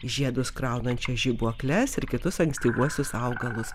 žiedus kraunančias žibuokles ir kitus ankstyvuosius augalus